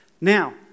Now